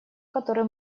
который